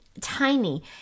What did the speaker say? tiny